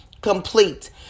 complete